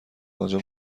آنجا